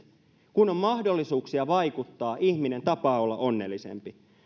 kun on mahdollisuuksia vaikuttaa ihminen tapaa olla onnellisempi